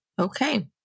Okay